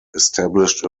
established